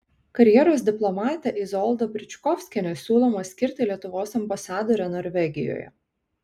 karjeros diplomatę izoldą bričkovskienę siūloma skirti lietuvos ambasadore norvegijoje